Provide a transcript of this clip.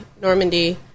Normandy